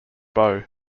bow